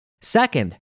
Second